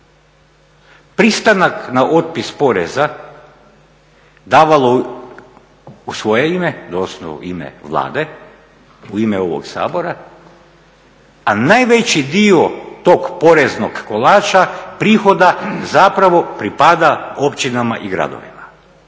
pristanak na otpis poreza davalo u svoje ime, …/Govornik se ne razumije./… u ime Vlade, u ime ovog Sabora a najveći dio tog poreznog kolača prihoda zapravo pripada općinama i gradovima.